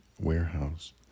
warehouse